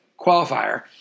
qualifier